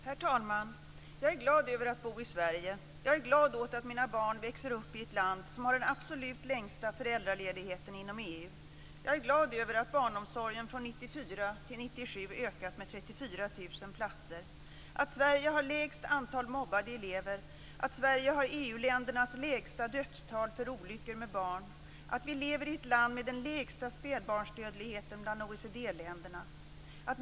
Herr talman! Jag är glad över att bo i Sverige. Jag är glad över att mina barn växer upp i ett land som har den absolut längsta föräldraledigheten inom EU. Jag är glad över att barnomsorgen från 1994 till 1997 ökat med 34 000 platser, att Sverige har lägst antal mobbade elever, att Sverige har EU-ländernas lägsta dödstal för olyckor med barn, att vi lever i ett land med den lägsta spädbarnsdödligheten bland OECD länderna.